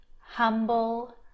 humble